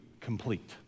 complete